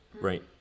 right